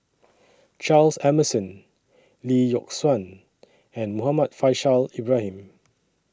Charles Emmerson Lee Yock Suan and Muhammad Faishal Ibrahim